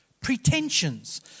pretensions